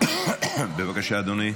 בבקשה, אדוני.